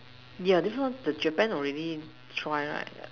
yeah this one the Japan already try right